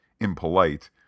impolite